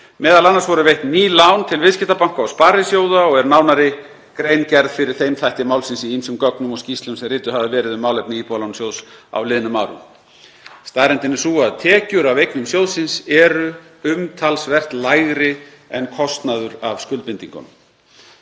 Meðal annars voru veitt ný lán til viðskiptabanka og sparisjóða og er nánari grein gerð fyrir þeim þætti málsins í ýmsum gögnum og skýrslum sem rituð hafa verið um málefni Íbúðalánasjóðs á liðnum árum. Staðreyndin er sú að tekjur af eignum sjóðsins eru umtalsvert lægri en kostnaður af skuldbindingum.